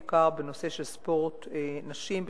בעיקר בנושא של ספורט נשים,